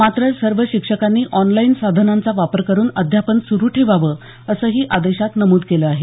मात्र सर्व शिक्षकांनी ऑनलाईन साधनांचा वापर करून अध्यापन सुरू ठेवावं असंही आदेशात नमूद केलं आहे